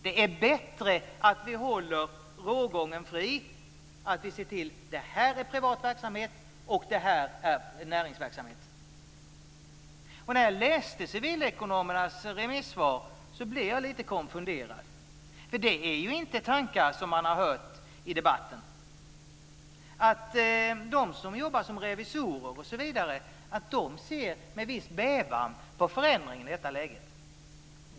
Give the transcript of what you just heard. Det är bättre att hålla rågången fri, dvs. mellan privat verksamhet och näringsverksamhet. När jag läste Civilekonomernas remissvar blev jag lite konfunderad. Det är inte tankar som har hörts i debatten. De som jobbar som revisorer osv. ser med viss bävan på en förändring i detta läge.